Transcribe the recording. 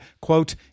quote